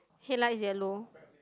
headlights yellow